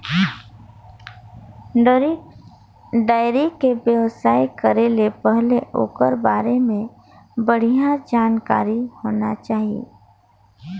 dairy के बेवसाय करे ले पहिले ओखर बारे में बड़िहा जानकारी होना चाही